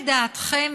לדעתכם,